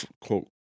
quote